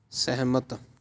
ਸਹਿਮਤ